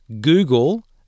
Google